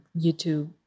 YouTube